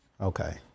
Okay